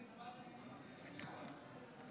החוק של יעל רון בן משה, אני הצבעתי בעד.